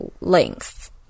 lengths